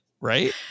right